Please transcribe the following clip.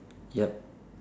yup